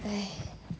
!hais!